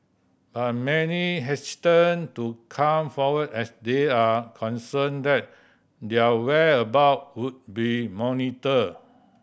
but many hesitant to come forward as they are concerned that their whereabout would be monitored